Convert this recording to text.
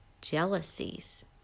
jealousies